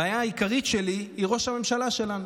הבעיה העיקרית שלי היא ראש הממשלה שלנו.